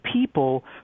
people